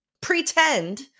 Pretend